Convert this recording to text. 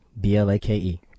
B-L-A-K-E